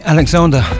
Alexander